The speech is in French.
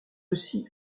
aussi